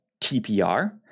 TPR